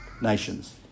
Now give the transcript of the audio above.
nations